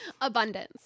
Abundance